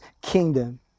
kingdom